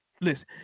listen